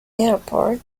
airport